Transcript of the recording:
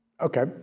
okay